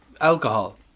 Alcohol